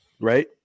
Right